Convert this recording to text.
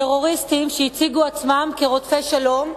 טרוריסטים שהציגו עצמם כרודפי שלום,